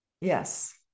yes